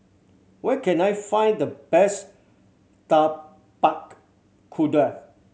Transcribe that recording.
where can I find the best Tapak Kuda